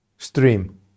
Stream